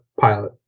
pilot